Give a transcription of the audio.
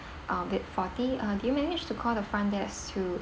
uh that faulty uh do you manage to call the front desk to